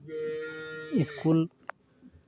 school